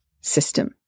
system